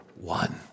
one